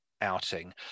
outing